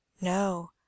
No